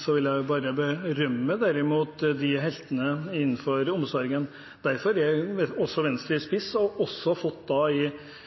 så vil jeg derimot berømme de heltene innenfor omsorgen. Derfor er Venstre i spiss og har fått et gjennomslag, som jeg er veldig glad for, i